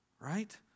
Right